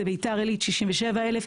זה בית"ר עילית 67,000,